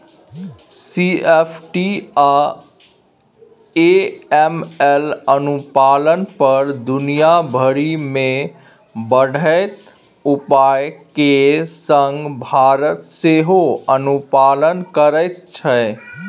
CFT आ AML अनुपालन पर दुनिया भरि मे बढ़ैत उपाय केर संग भारत सेहो अनुपालन करैत छै